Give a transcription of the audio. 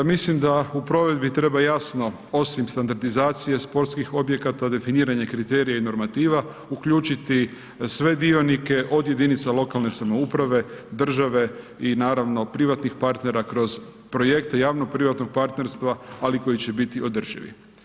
Mislim da u provedbi treba jasno, osim standardizacije sportskih objekata, definiranje kriterija i normativa, uključiti sve dionike, od jedinica lokalne samouprave, države i naravno, privatnih partnera, kroz projekte javnog privatnog partnerstva, ali koji će biti održivi.